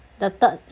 the third